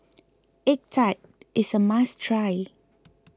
Egg Tart is a must try